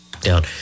down